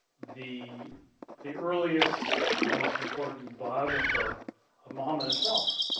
the the earliest, and most important biographer of mohammad himself